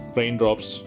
raindrops